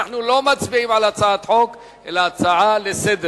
אנחנו לא מצביעים על הצעת חוק אלא על הצעה לסדר-היום.